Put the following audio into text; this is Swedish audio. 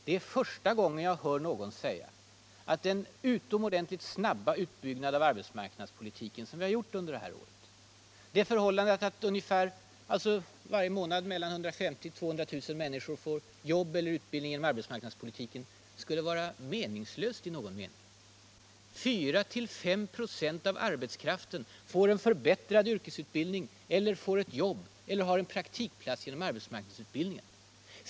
Det är första gången jag hör någon säga att den utomordenligt snabba utbyggnaden av arbetsmarknadspolitiken som vi har åstadkommit under det här året och som resulterat i det förhållandet att varje månad mellan 150 000 och 200 000 människor får arbete eller utbildning genom arbetsmarknadspolitiken skulle vara meningslös. Det är 4-5 96 av arbetskraften som får förbättrad yrkesutbildning eller får ett jobb eller en praktikplats tack vare arbetsmarknadsutbildningen.